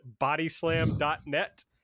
bodyslam.net